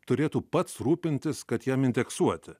turėtų pats rūpintis kad jam indeksuoti